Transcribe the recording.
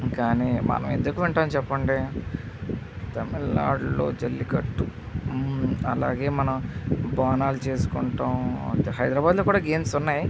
కానీ మనం ఎందుకు వింటాము చెప్పండి తమిళనాడులో జెల్లికట్టు అలాగే మనం బోనాలు చేసుకుంటాము హైదరాబాదులో కూడా గేమ్స్ ఉన్నాయి